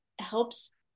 helps